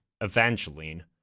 Evangeline